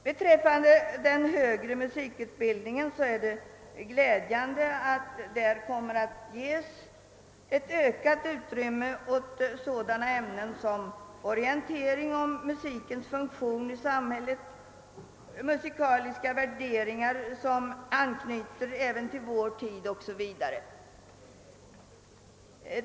Beträffande den högre musikutbildningen är det glädjande att ökat utrymme kommer att ges åt sådana ämnen som orientering om musikens funktion i samhället, musikaliska värderingar som anknyter även till vår tid 0. S. V.